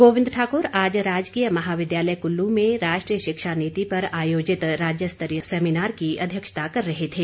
गोविंद ठाक्र आज राजकीय महाविद्यालय कल्लू में राष्ट्रीय शिक्षा नीति पर आयोजित राज्यस्तरीय सेमीनार की अध्यक्षता कर रहे थे